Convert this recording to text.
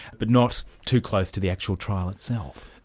but not too close to the actual trial itself.